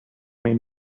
may